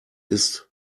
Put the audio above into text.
ist